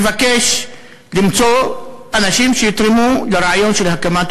מבקש למצוא אנשים שיתרמו לרעיון של הקמת